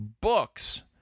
books